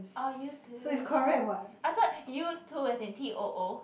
orh you too I thought you too as in t_o_O